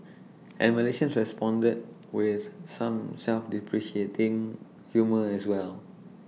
and Malaysians responded with some self deprecating humour as well